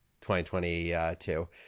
2022